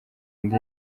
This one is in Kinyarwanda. indi